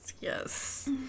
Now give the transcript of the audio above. Yes